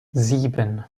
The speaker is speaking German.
sieben